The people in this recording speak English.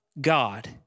God